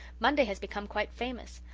monday has become quite famous.